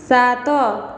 ସାତ